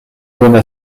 donna